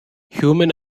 human